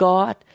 God